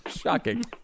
Shocking